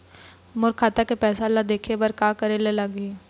मोर खाता के पैसा ला देखे बर का करे ले लागही?